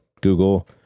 Google